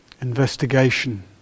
investigation